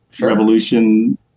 revolution